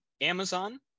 Amazon